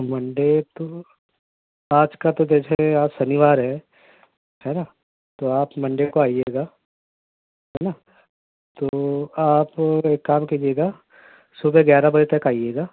Monday تو آج کا تو جیسے آج شنیوار ہے ہے نا تو آپ منڈے کو آئیے گا ہے نا تو آپ ایک کام کیجیے گا صبح گیارہ بجے تک آئیے گا